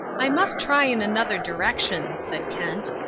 i must try in another direction, said kent.